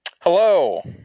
Hello